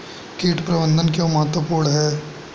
कीट प्रबंधन क्यों महत्वपूर्ण है?